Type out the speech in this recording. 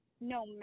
no